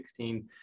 2016